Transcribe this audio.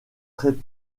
très